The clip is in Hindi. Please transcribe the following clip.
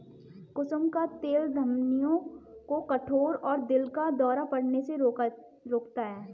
कुसुम का तेल धमनियों को कठोर और दिल का दौरा पड़ने से रोकता है